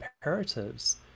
imperatives